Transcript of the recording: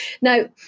Now